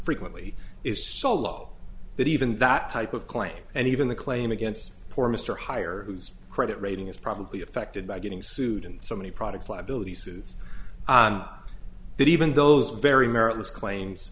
frequently is so low that even that type of claim and even the claim against poor mr hire whose credit rating is probably affected by getting sued and so many products liability suits that even those very meritless claims